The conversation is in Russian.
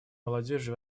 молодежи